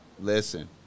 Listen